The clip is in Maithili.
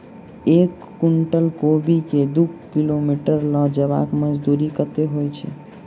एक कुनटल कोबी केँ दु किलोमीटर लऽ जेबाक मजदूरी कत्ते होइ छै?